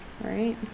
right